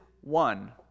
one